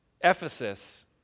Ephesus